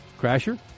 Crasher